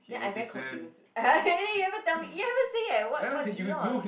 then I very confused then you haven't tell me you haven't say yet [what] what's yours